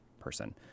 person